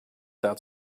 that